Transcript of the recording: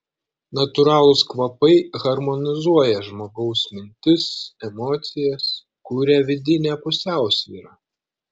natūralūs kvapai harmonizuoja žmogaus mintis emocijas kuria vidinę pusiausvyrą